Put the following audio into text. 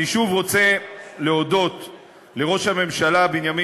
אני שוב רוצה להודות לראש הממשלה בנימין